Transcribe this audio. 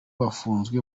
bafunze